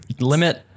limit